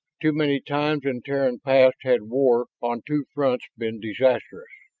too many times in terran past had war on two fronts been disastrous.